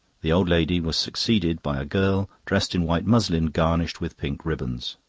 the old lady was succeeded by a girl dressed in white muslin, garnished with pink ribbons.